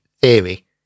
theory